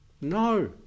No